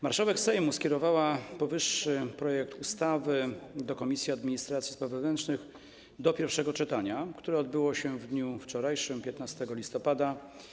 Marszałek Sejmu skierowała powyższy projekt ustawy do Komisji Administracji i Spraw Wewnętrznych do pierwszego czytania, które odbyło się w dniu wczorajszym, czyli 15 listopada.